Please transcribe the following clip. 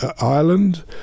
Ireland